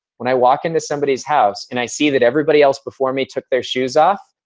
when i walk into somebody's house, and i see that everybody else before me took their shoes off,